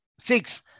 Six